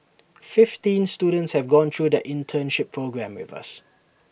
fifteen students have gone through their internship programme with us